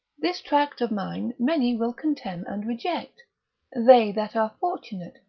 this tract of mine many will contemn and reject they that are fortunate,